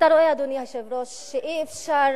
אתה רואה, אדוני היושב-ראש, שאי-אפשר